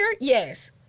yes